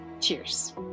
cheers